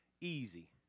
Easy